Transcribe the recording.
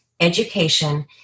education